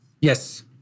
Yes